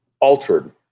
altered